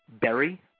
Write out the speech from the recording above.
berry